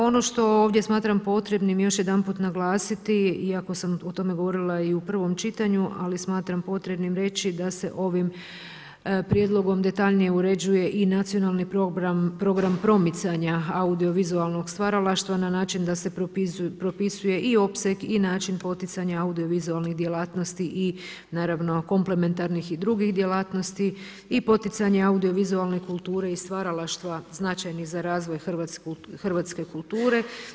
Ono što ovdje smatram potrebnim još jedanput naglasiti, iako sam o tome govorila i u prvom čitanju, ali smatram potrebnim reći da se ovim prijedlogom detaljnije uređuje i nacionalni program promicanja audiovizualnog stvaralaštva na način da se propisuje i opseg i način poticanja audiovizualnih djelatnosti i naravno komplementarnih i drugih djelatnosti i poticanje audiovizualne kulture i stvaralaštva značajnih za razvoj hrvatske kulture.